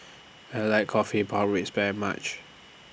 I like Coffee Pork Ribs very much